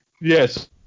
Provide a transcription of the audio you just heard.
Yes